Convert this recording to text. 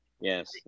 yes